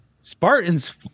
Spartans